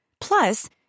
Plus